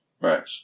Right